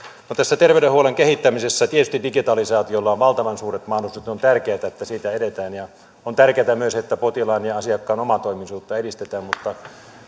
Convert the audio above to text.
no tässä terveydenhuollon kehittämisessä tietysti digitalisaatiolla on valtavan suuret mahdollisuudet ja on tärkeätä että siitä edetään ja on tärkeätä myös että potilaan ja asiakkaan omatoimisuutta edistetään mutta